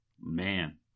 man